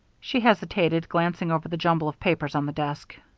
she hesitated, glancing over the jumble of papers on the desk.